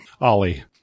Ollie